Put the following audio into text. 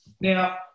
Now